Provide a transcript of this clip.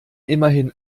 immerhin